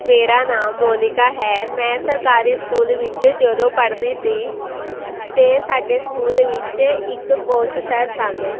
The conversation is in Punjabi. ਮੇਰਾ ਨਾਮ ਮੋਨੀਕਾ ਹੈ ਮੈਂ ਸਰਕਾਰੀ ਸਕੂਲ ਵਿੱਚ ਜਦੋਂ ਪੜ੍ਹਦੀ ਸੀ ਅਤੇ ਸਾਡੇ ਸਕੂਲ ਵਿੱਚ ਇੱਕ ਕੋਚ ਸਰ ਸਨ